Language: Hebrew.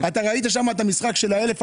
אתה ראית שם את המשחק של ה-1,000,